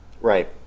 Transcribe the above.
right